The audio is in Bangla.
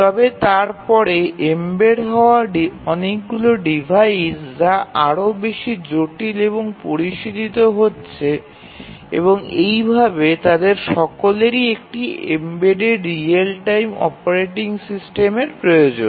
তবে তারপরে এম্বেড হওয়া অনেকগুলি ডিভাইস যা আরও বেশি জটিল এবং পরিশীলিত হচ্ছে এবং এইভাবে তাদের সকলেরই একটি এমবেডেড রিয়েল টাইম অপারেটিং সিস্টেমের প্রয়োজন